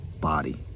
body